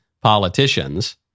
politicians